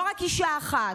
לא רק אישה אחת.